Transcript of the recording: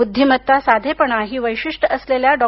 बुद्धीमत्ता साधेपणा ही वैशिष्ट्ये असलेल्या डॉ